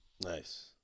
Nice